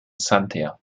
santer